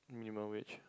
minimal wage